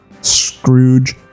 Scrooge